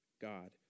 God